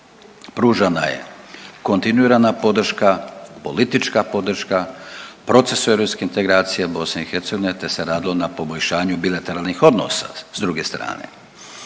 Pružana je kontinuirana podrška, politička podrška procesu europske integracije BiH te se radilo na poboljšanju bilateralnih odnosa s druge strane.